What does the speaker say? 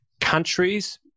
Countries